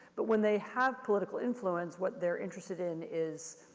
but when they have political influence, what they're interested in is,